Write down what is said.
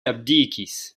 abdikis